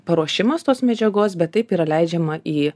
paruošimas tos medžiagos bet taip yra leidžiama į